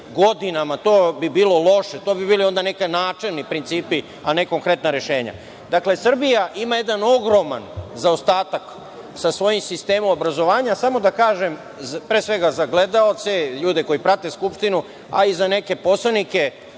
godinama, to bi bilo loše, to bi bili onda neki načelni principi, a ne konkretna rešenja. Dakle, Srbija ima jedan ogroman zaostatak sa svojim sistemom obrazovanja. Samo da kažem, pre svega za gledaoce, ljude koji prate Skupštinu, a i za neke poslanike,